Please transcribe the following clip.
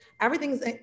everything's